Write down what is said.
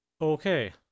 Okay